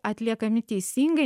atliekami teisingai